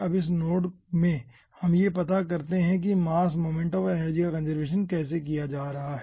अब इस नोड में हम पता करते है की मास मोमेंटम और एनर्जी का कंजर्वेशन कैसे किया जा रहा है